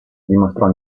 dimostrò